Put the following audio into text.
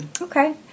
Okay